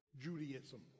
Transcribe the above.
Judaism